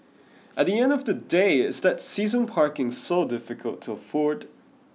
at the end of the day is that season parking so difficult to afford